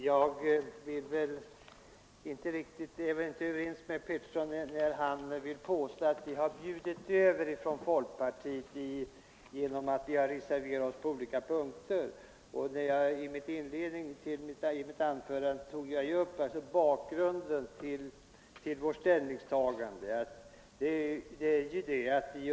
Herr talman! Jag är inte riktigt överens med herr Pettersson i Lund när han vill påstå att vi har bjudit över från folkpartiet genom att vi har reserverat oss på olika punkter. I mitt inledningsanförande tog jag upp bakgrunden till vårt ställningstagande.